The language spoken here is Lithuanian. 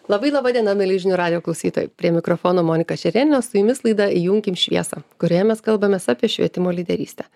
labai laba diena mieli žinių radijo klausytojai prie mikrofono monika šerienė su jumis laida įjunkim šviesą kurioje mes kalbamės apie švietimo lyderystę